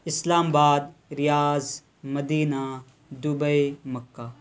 اسلام آباد Riyadh Medina Dubai مکہ